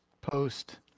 post